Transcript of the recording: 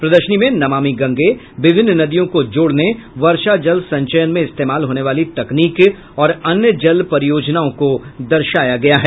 प्रदर्शनी में नमामि गंगे विभिन्न नदियों को जोड़ने वर्षा जल संचयन में इस्तेमाल होने वाली तकनीक और अन्य जल परियोजनाओं को दर्शाया गया है